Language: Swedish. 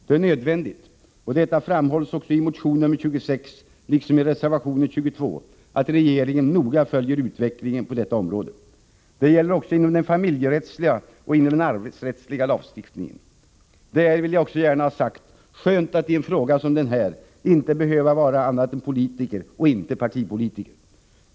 Det är nödvändigt — och detta framhålls i motion nr 26 liksom i reservation 22 — att regeringen noga följer utvecklingen på detta område. Detta gäller också inom den familjerättsliga och inom den arvsrättsliga lagstiftningen. Det är — jag vill också gärna ha det sagt — skönt att i en fråga som denna inte behöva vara annat än politiker och inte partipolitiker.